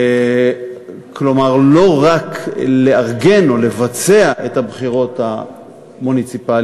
כלומר לא רק לארגן או לבצע את הבחירות המוניציפליות,